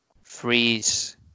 freeze